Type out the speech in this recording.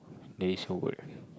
there is whole word